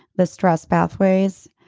the stress pathways,